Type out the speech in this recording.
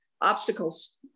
obstacles